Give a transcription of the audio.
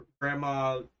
grandma